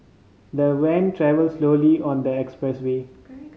the van travelled slowly on the expressway